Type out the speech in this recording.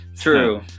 True